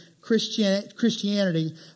Christianity